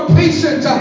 patient